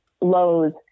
lows